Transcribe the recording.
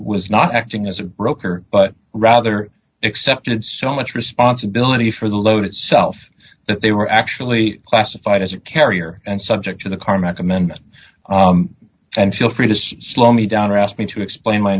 was not acting as a broker but rather accepted so much responsibility for the loan itself that they were actually classified as a carrier and subject to the current amendment and feel free to slow me down or ask me to explain my